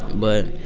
but